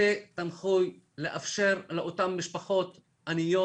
בתי תמחוי לאפשר לאותן משפחות עניות